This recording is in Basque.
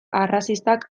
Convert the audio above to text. arrazistak